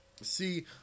See